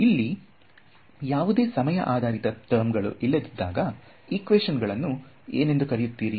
ಇಲ್ಲಿ ಯಾವುದೇ ಸಮಯ ಆಧಾರಿತ ಟರ್ಮ್ ಗಳು ಇಲ್ಲದಿದ್ದಾಗ ಈಕ್ವೇಶನ್ ಗಳನ್ನು ಏನೆಂದು ಕರೆಯುತ್ತಾರೆ